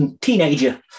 teenager